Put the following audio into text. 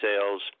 Sales